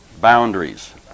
boundaries